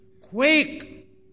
quake